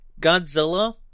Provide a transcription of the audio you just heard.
Godzilla